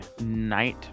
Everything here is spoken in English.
Night